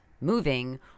moving